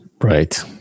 Right